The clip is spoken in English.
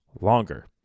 longer